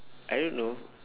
I don't know